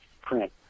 print